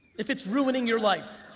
if it's ruining your life.